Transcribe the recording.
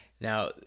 Now